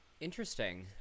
Interesting